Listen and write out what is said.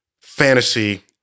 fantasy